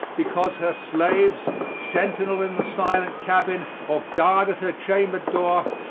because her slaves, sentinel in the silent cabin, or guard at her chamber door,